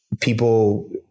people